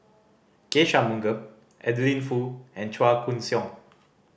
K Shanmugam Adeline Foo and Chua Koon Siong